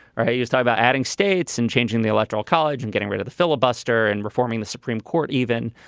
ah hey, just about adding states and changing the electoral college and getting rid of the filibuster and reforming the supreme court even.